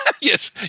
Yes